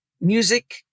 music